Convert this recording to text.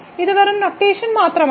ഇത് വെറും നൊട്ടേഷൻ മാത്രമാണ്